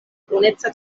bruneca